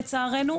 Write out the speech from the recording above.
לצערנו,